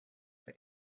for